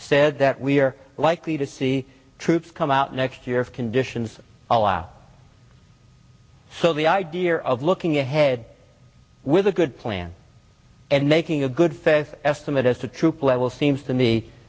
said that we're likely to see troops come out next year if conditions allow so the idea of looking ahead with a good plan and making a good faith estimate as to troop levels seems to me